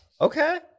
Okay